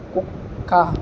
కుక్క